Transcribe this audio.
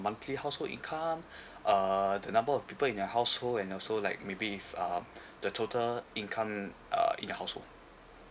monthly household income uh the number of people in your household and also like maybe if um the total income uh in your household